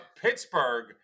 Pittsburgh